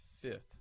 fifth